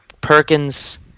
Perkins